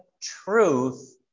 truth